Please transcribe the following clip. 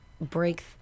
break